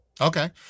Okay